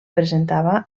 presentava